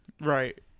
right